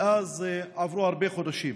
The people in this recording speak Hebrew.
מאז עברו הרבה חודשים.